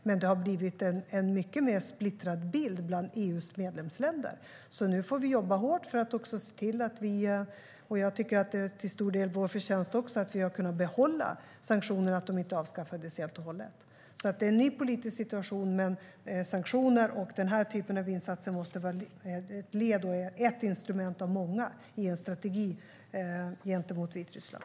Men det har blivit en mycket mer splittrad bild bland EU:s medlemsländer, så nu får vi jobba hårt. Jag tycker att det till stor del är vår förtjänst att vi har kunnat behålla sanktionerna, att de inte avskaffades helt och hållet. Det är en ny politisk situation. Men sanktioner och den här typen av insatser måste vara ett instrument av många i en strategi gentemot Vitryssland.